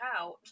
out